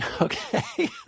Okay